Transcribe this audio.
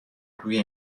روی